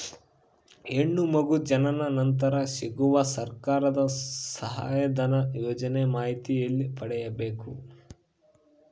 ಹೆಣ್ಣು ಮಗು ಜನನ ನಂತರ ಸಿಗುವ ಸರ್ಕಾರದ ಸಹಾಯಧನ ಯೋಜನೆ ಮಾಹಿತಿ ಎಲ್ಲಿ ಪಡೆಯಬೇಕು?